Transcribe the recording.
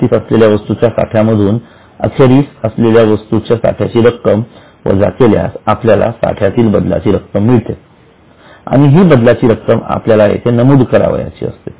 सुरुवातीस असलेल्या वस्तूच्या साठ्या मधून अखेरीस असलेल्या वस्तूच्या साठ्याची रक्कम वजा केल्यास आपल्याला साठ्यातील बदलाची रक्कम मिळते आणि ही बदलाची रक्कम आपल्याला येथे नमूद करावयाची असते